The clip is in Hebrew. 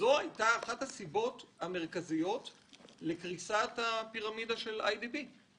הייתה אחת הסיבות המרכזית לקריסת הפירמידה של איי די בי.